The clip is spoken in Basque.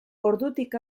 ordutik